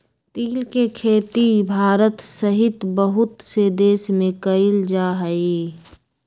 तिल के खेती भारत सहित बहुत से देश में कइल जाहई